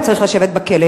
הוא צריך לשבת בכלא,